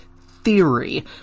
theory